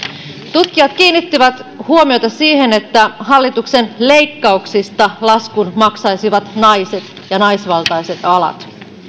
tutkijat kiinnittivät huomiota siihen että hallituksen leikkauksista laskun maksaisivat naiset ja naisvaltaiset alat